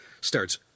starts